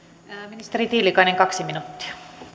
ministeri tiilikainen kaksi minuuttia